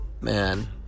man